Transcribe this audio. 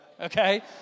Okay